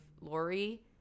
Lori